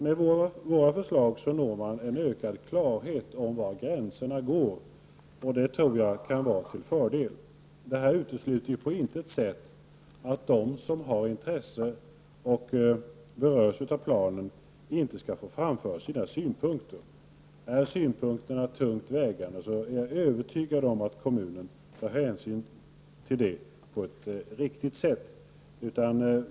Med vårt förslag når man en ökad klarhet om var gränserna går. Det tror jag kan vara till fördel. Detta utesluter på intet sätt att de som har intresse och berörs av planen skall få framföra sina synpunkter. Jag är övertygad om att kommunen tar hänsyn till de synpunkterna på ett riktigt sätt om de är tungt vägande.